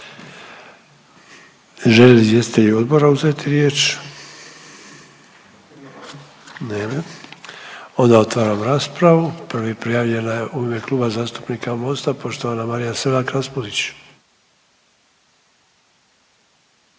Žele li izvjestitelji odbora uzeti riječ? Ne. Onda otvaram raspravu. Prvi prijavljena je u ime Kluba zastupnika Mosta, poštovana Marija Selak Raspudić.